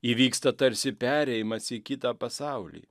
įvyksta tarsi perėjimas į kitą pasaulį